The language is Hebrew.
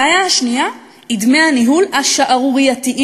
הבעיה השנייה היא דמי הניהול השערורייתיים